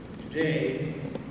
Today